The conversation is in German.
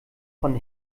von